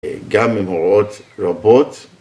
‫גם ממורות רבות.